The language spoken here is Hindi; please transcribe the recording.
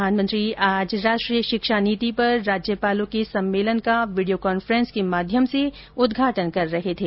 प्रधानमंत्री आज राष्ट्रीय शिक्षा नीति पर राज्यपालों के सम्मेलन का वीडियो कांफेंन्स के माध्यम से उद्घाटन कर रहे थे